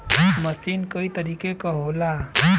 मसीन कई तरीके क होला